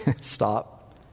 stop